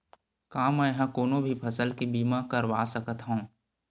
का मै ह कोनो भी फसल के बीमा करवा सकत हव?